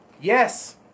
Yes